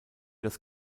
das